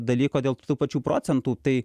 dalyko dėl tų pačių procentų tai